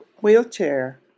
wheelchair